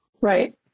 Right